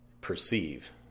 perceive